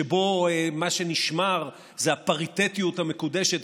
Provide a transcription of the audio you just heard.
שבו מה שנשמר זה הפריטטיות המקודשת,